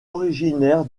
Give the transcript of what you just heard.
originaire